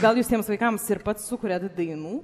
gal jūs tiems vaikams ir pats sukuriat dainų